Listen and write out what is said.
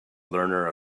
learner